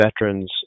veterans